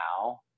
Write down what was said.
now